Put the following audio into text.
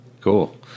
cool